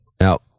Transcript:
Now